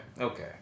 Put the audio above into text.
okay